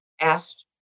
asked